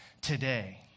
today